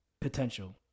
potential